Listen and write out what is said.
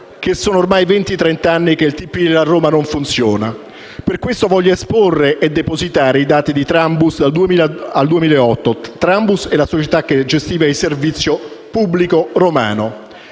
sono ormai venti-trent'anni che il trasporto pubblico a Roma non funziona. Per questo voglio esporre e depositare i dati di Trambus fino al 2008. Trambus è la società che gestiva il servizio pubblico romano.